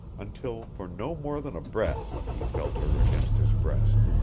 until for no more than a breath he felt her against his breast.